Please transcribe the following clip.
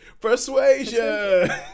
persuasion